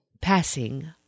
Passing